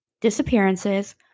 disappearances